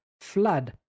flood